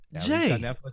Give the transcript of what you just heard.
Jay